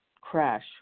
crash